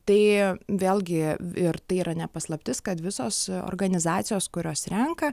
tai vėlgi ir tai yra ne paslaptis kad visos organizacijos kurios renka